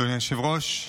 אדוני היושב-ראש,